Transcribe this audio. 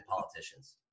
politicians